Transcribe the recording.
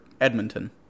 edmonton